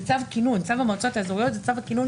צו המועצות האזוריות זה צו כינון.